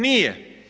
Nije.